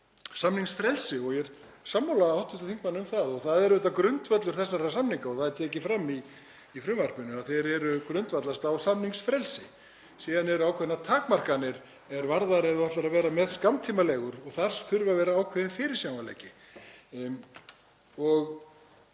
samningsfrelsi og ég er sammála hv. þingmanni um það. Það er auðvitað grundvöllur þessara samninga og það er tekið fram í frumvarpinu að þeir grundvallast á samningsfrelsi. Síðan eru ákveðnar takmarkanir ef þú ætlar að vera með skammtímaleigu, að þar þurfi að vera ákveðinn fyrirsjáanleiki.